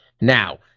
Now